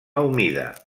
humida